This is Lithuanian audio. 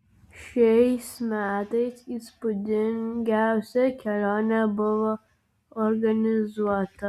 šiais metais įspūdingiausia kelionė buvo organizuota